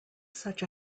such